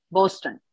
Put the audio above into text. Boston